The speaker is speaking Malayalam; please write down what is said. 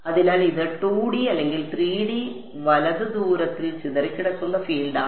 അതിനാൽ ഇത് 2D അല്ലെങ്കിൽ 3D വലത് ദൂരത്തിൽ ചിതറിക്കിടക്കുന്ന ഫീൽഡാണ്